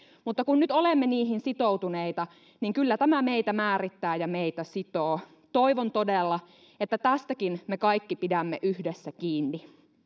mutta kun nyt olemme niihin sitoutuneita niin kyllä tämä meitä määrittää ja meitä sitoo toivon todella että tästäkin me kaikki pidämme yhdessä kiinni